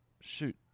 shoot